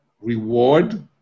reward